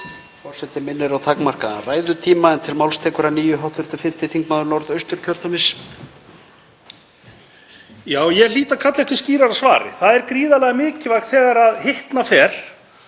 Það er gríðarlega mikilvægt þegar hitna fer